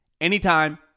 anytime